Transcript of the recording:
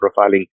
profiling